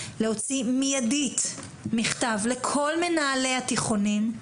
להוציא מיידית מכתב לכל מנהלי התיכונים,